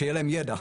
שיהיה ידע.